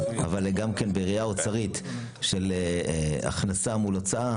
אבל גם בראייה אוצרית של הכנסה מול הוצאה